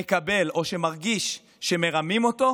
שמרגיש שמרמים אותו,